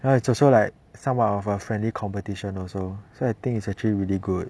you know it's also like somewhat of a friendly competition also so I think it's actually really good